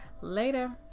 Later